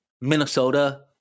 Minnesota